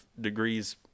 degrees